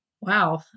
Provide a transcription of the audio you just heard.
Wow